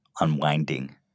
unwinding